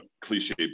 cliche